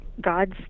god's